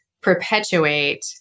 perpetuate